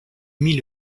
mit